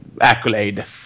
accolade